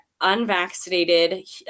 unvaccinated